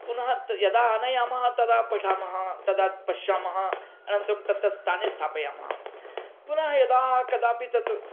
पुनः यदा आनयामः तदा पठामः तदा पश्यामः अनन्तरं तत्तत् स्थाने स्थापयामः पुनः यदा कदापि तत्